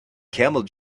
camel